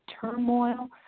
turmoil